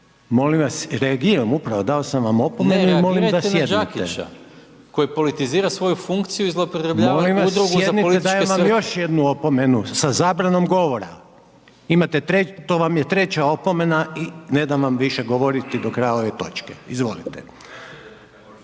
molim vas, reagiram upravo, dao sam vam opomenu i molim da sjednite. **Maras, Gordan (SDP)** Reagirajte na Đakića koji politizira svoju funkciju i zloupotrebljava udrugu za političke svrhe. **Reiner, Željko (HDZ)** Molim vas sjednite, dajem vam još jednu opomenu sa zabranom govora. To vam je treća opomena i ne dam vam više govoriti do kraja ove točke. Izvolite.